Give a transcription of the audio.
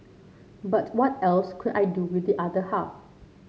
but what else could I do with the other half